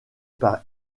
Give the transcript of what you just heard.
par